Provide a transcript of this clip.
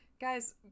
Guys